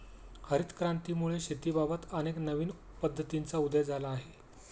हरित क्रांतीमुळे शेतीबाबत अनेक नवीन पद्धतींचा उदय झाला आहे